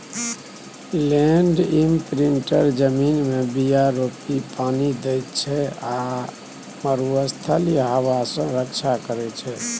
land imprinter जमीनमे बीया रोपि पानि दैत छै आ मरुस्थलीय हबा सँ रक्षा करै छै